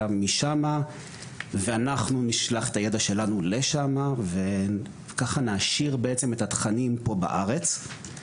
משמה ואנחנו נשלח את הידע שלנו לשמה וככה נעשיר בעצם את התכנים פה בארץ.